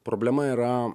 problema yra